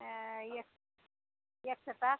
एक एक छटाक